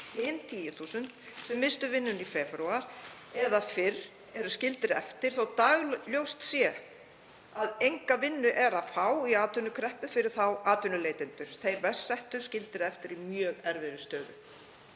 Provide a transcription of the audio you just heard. Hinir 10.000 sem misstu vinnu í febrúar eða fyrr eru skildir eftir þótt dagljóst sé að enga vinnu er að fá í atvinnukreppu fyrir þá atvinnuleitendur. Þeir verst settu eru skildir eftir í mjög erfiðri stöðu.